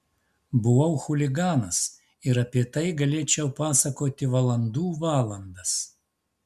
buvau chuliganas ir apie tai galėčiau pasakoti valandų valandas